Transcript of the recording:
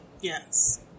Yes